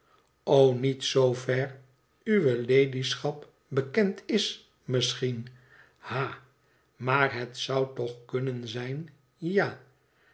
niet zoover uwe ladyschap bekend is misschien ha maar het zöü toch kunnen zijn ja